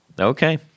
Okay